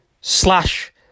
slash